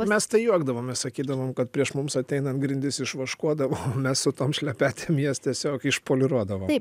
mes tai juokdavomės sakydavom kad prieš mums ateinant grindis išvaškuodavo o mes su tom šlepetėm jas tiesiog išpoliruodavom